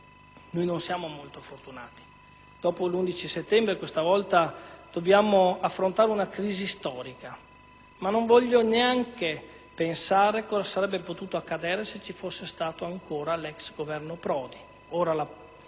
non siamo molto fortunati: dopo l'11 settembre, questa volta dobbiamo affrontare una crisi storica, ma non voglio neanche pensare cosa sarebbe potuto accadere se ci fosse stato ancora l'ex Governo Prodi.